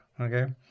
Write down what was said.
Okay